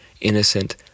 innocent